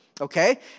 okay